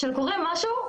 כשקורה משהו,